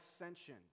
ascension